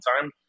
time